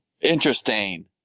Interesting